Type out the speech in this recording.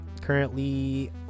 currently